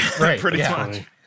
Right